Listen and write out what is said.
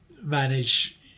manage